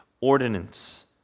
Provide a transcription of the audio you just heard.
ordinance